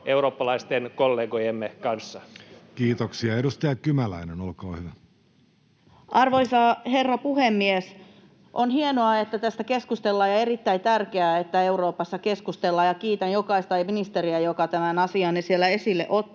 opintolainahyvityksestä (Hanna Räsänen kesk) Time: 16:37 Content: Arvoisa herra puhemies! On hienoa, että tästä keskustellaan, ja on erittäin tärkeää, että Euroopassa keskustellaan. Kiitän jokaista ministeriä, joka tämän asian siellä esille ottaa.